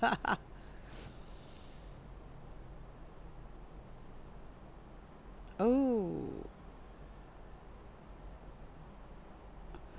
oh